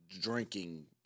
drinking